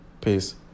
Peace